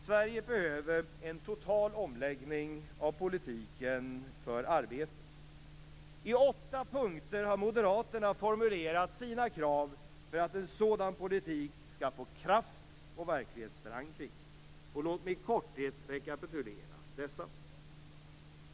Sverige behöver en total omläggning av politiken för arbete. I åtta punkter har vi moderater formulerat våra krav för att en sådan politik skall få kraft och verklighetsförankring. Låt mig i korthet rekapitulera dessa.